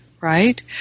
right